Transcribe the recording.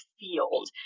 field